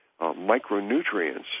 micronutrients